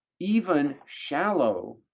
even shallow